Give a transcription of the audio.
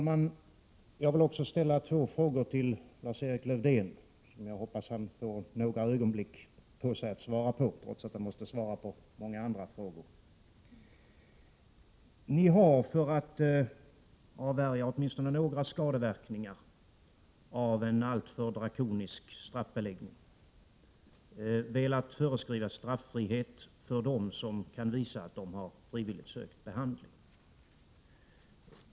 Herr talman! Jag vill ställa två frågor till Lars-Erik Lövdén, och jag hoppas att han får några ögonblick på sig att svara på dem, trots att han måste svara på många andra frågor. Ni har, för att avvärja åtminstone några skadeverkningar av en alltför drakonisk straffbeläggning, velat föreskriva straffrihet för dem som kan visa att de frivilligt har sökt behandling.